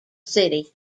city